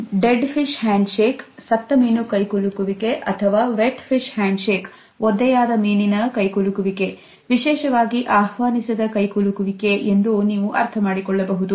Dead fish handshake ವಿಶೇಷವಾಗಿ ಆಹ್ವಾನಿಸದಕೈಕುಲುಕುವಿಕೆಎಂದು ನೀವು ಅರ್ಥ ಮಾಡಕೊಳ್ಳಬಹುದು